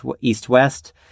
east-west